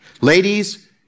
Ladies